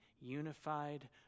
unified